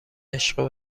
عشق